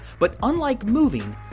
but unlike moving,